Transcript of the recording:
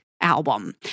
album